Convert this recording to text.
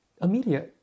Amelia